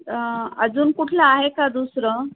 अजून कुठलं आहे का दुसरं